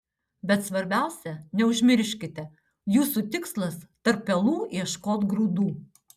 bet svarbiausia neužsimirškite jūsų tikslas tarp pelų ieškot grūdų